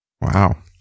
Wow